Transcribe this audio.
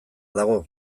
dago